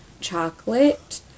chocolate